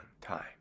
time